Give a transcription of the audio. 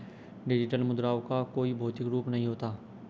digital मुद्राओं का कोई भौतिक रूप नहीं होता